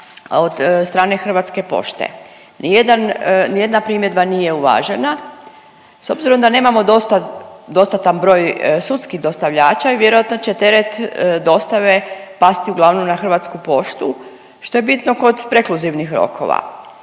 od strane Hrvatske pošte. Nijedna primjedba nije uvažena. S obzirom da nemamo dostatan broj sudskih dostavljača i vjerojatno će teret dostave pasti uglavnom na Hrvatsku poštu što je bitno kod prekluzivnih rokova.